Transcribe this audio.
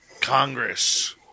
Congress